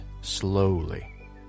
slowly